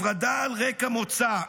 הפרדה על רקע מוצא.